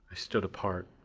stood apart,